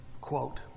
quote